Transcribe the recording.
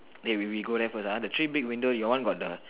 wait we we go there first ah the three big window your one got the